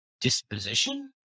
disposition